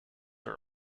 are